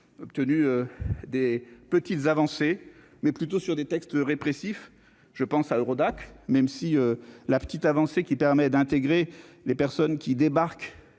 obtenu des petites avancées mais plutôt sur des textes répressifs, je pense à Eurodac même si la petite avancée qui permet d'intégrer les personnes qui débarquent